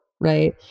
right